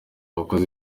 abakozi